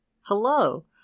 Hello